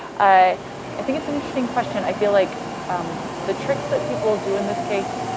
i i think it's an interesting question. i feel like the tricks that people do in this case,